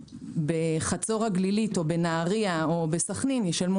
בחצור הגלילית או בנהריה או בסכנין ישלמו